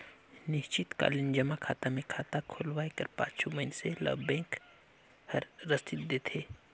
निस्चित कालीन जमा खाता मे खाता खोलवाए कर पाछू मइनसे ल बेंक हर रसीद देथे